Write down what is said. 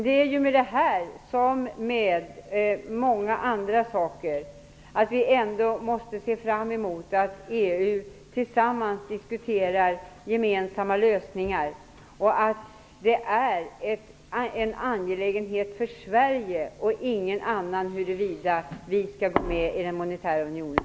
Det är med denna sak som med många andra saker, nämligen att vi ändå måste se fram emot att man i EU tillsammans diskuterar gemensamma lösningar och att det är en angelägenhet enbart för Sverige huruvida vi en gång i framtiden skall gå med i den monetära unionen.